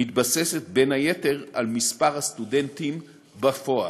מתבססת בין היתר על מספר הסטודנטים בפועל.